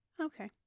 Okay